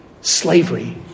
slavery